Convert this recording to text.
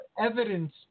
evidence